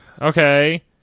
Okay